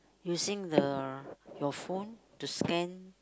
using the your phone to scan